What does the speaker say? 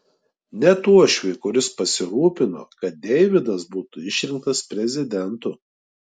net uošviui kuris pasirūpino kad deividas būtų išrinktas prezidentu